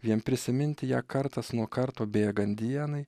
vien prisiminti ją kartas nuo karto bėgant dienai